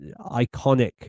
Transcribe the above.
iconic